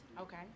Okay